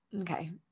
okay